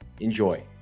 Enjoy